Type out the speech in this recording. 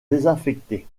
désaffectée